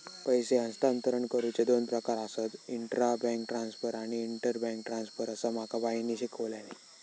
पैसे हस्तांतरण करुचे दोन प्रकार आसत, इंट्रा बैंक ट्रांसफर आणि इंटर बैंक ट्रांसफर, असा माका बाईंनी शिकवल्यानी